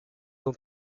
dans